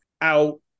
out